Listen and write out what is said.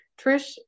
Trish